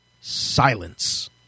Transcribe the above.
silence